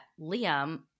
Liam